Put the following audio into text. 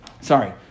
Sorry